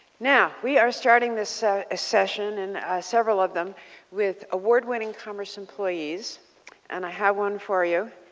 now we are starting this ah session, and several of them with award-winning commerce employees and i have one for you.